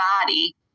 body